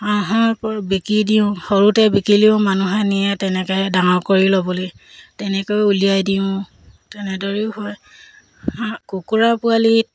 হাঁহৰ ওপৰত বিকি দিওঁ সৰুতে বিকিলেও মানুহে নিয়ে তেনেকৈ ডাঙৰ কৰি ল'বলৈ তেনেকৈ উলিয়াই দিওঁ তেনেদৰেও হয় হাঁহ কুকুৰা পোৱালিত